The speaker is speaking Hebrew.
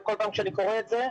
ובכל פעם שאני קורא את זה,